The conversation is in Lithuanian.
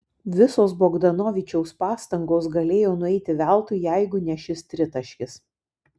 visos bogdanovičiaus pastangos galėjo nueiti veltui jeigu ne šis tritaškis